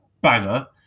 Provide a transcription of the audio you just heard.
banger